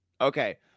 Okay